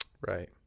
Right